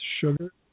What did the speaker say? sugar